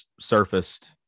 surfaced